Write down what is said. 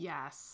Yes